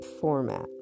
format